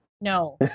No